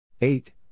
Eight